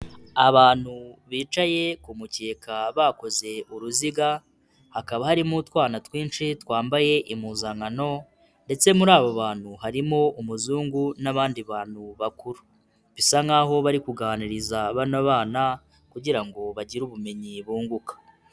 Abantu bicaye ku mukeka bakoze uruziga, hakaba harimo utwana twinshi twambaye impuzankano, ndetse muri abo bantu harimo umuzungu n'abandi bantu bakuru. Bisa nkaho bari kuganiriza bano bana kugira ngo bagire ubumenyi bunguka.